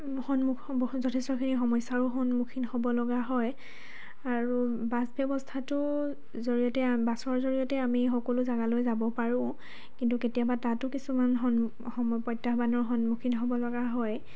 সন্মুখ যথেষ্টখিনি সমস্যাৰো সন্মুখীন হ'ব লগা হয় আৰু বাছ ব্যৱস্থাটো জৰিয়তে বাছৰ জৰিয়তে আমি সকলো জাগালৈ যাব পাৰোঁ কিন্তু কেতিয়াবা তাতো কিছুমান সম সম প্ৰত্যাহ্বানৰ সন্মুখীন হ'ব লগা হয়